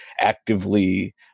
actively